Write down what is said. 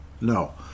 No